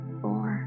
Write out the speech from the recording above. four